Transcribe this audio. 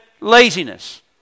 laziness